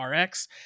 RX